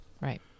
Right